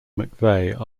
mcveigh